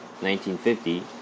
1950